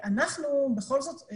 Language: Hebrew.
אנחנו בכל זאת עושים לו אדפטציות.